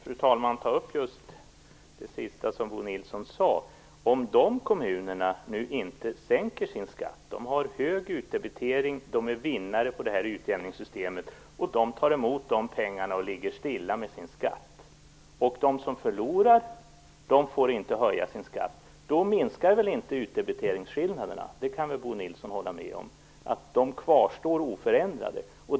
Fru talman! Låt mig ta upp det sista som Bo Nilsson sade. Om de kommuner som har hög utdebitering och är vinnare i utjämningssystemet tar emot pengarna och ligger stilla med sin skatt och om de som är förlorare inte får höja sin skatt, minskar väl inte utdebiteringsskillnaderna. Bo Nilsson kan väl hålla med om att de kvarstår oförändrade.